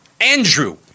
Andrew